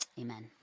Amen